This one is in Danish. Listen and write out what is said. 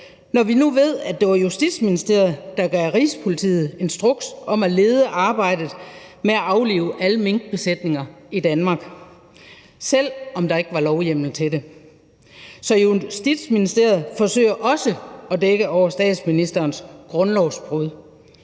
når vi nu ved, at det var Justitsministeriet, der gav Rigspolitiet instruks om at lede arbejdet med at aflive alle minkbesætninger i Danmark, selv om der ikke var lovhjemmel til det. Så Justitsministeriet forsøger også at dække over statsministerens grundlovsbrud.